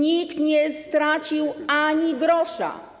Nikt nie stracił ani grosza.